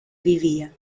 vivía